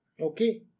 Okay